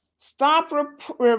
Stop